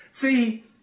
See